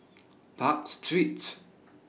Park Street